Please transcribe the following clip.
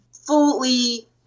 fully